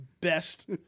best